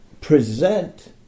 present